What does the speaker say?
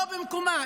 לא במקומה.